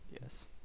Yes